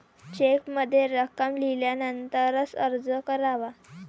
चेकमध्ये रक्कम लिहिल्यानंतरच अर्ज करावा